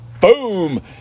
Boom